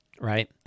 right